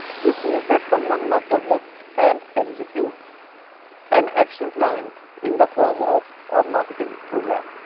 this means that someone must develop and execute an action plan in the form of a marketing program.